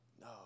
no